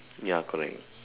ya correct